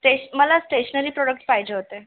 स्टेश मला stationery products पाहिजे होते